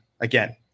again